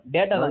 Data